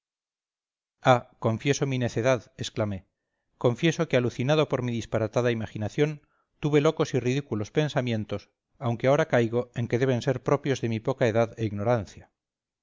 confieso mi necedad exclamé confieso que alucinado por mi disparatada imaginación tuve locos y ridículos pensamientos aunque ahora caigo en que deben ser propios de mi poca edad e ignorancia